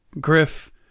Griff